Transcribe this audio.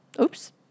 Oops